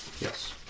Yes